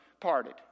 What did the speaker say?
parted